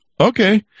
okay